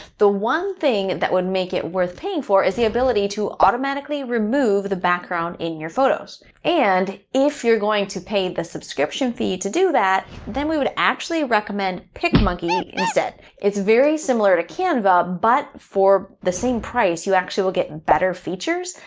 the one thing that would make it worth paying for is the ability to automatically remove the background in your photos and if you're going to pay the subscription fee to do that, then we would actually recommend picmonkey instead. it's very similar to canva, but for the same price you actually will get better features,